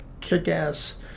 kick-ass